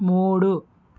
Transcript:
మూడు